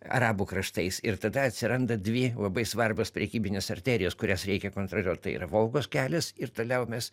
arabų kraštais ir tada atsiranda dvi labai svarbios prekybinės arterijos kurias reikia kontroliuot tai yra volgos kelias ir toliau mes